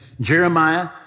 Jeremiah